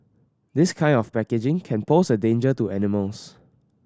this kind of packaging can pose a danger to animals